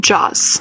Jaws